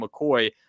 McCoy